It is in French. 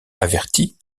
avertie